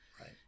Right